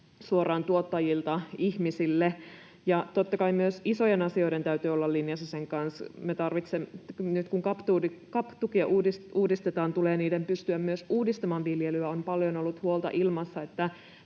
suoraan tuottajilta ihmisille. Ja totta kai myös isojen asioiden täytyy olla linjassa sen kanssa. Nyt kun CAP-tukea uudistetaan, tulee pystyä myös uudistamaan viljelyä. On paljon ollut huolta ilmassa,